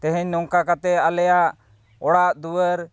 ᱛᱮᱦᱮᱧ ᱱᱚᱝᱠᱟ ᱠᱟᱛᱮᱫ ᱟᱞᱮᱭᱟᱜ ᱚᱲᱟᱜ ᱫᱩᱣᱟᱹᱨ